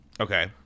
Okay